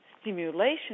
stimulation